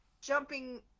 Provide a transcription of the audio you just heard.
jumping